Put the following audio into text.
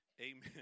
amen